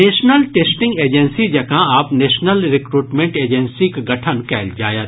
national testing agency जकां आब national recruitment एजेंसीक गठन कयल जायत